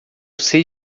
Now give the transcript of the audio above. sei